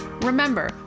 Remember